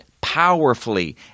powerfully